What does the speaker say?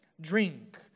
drink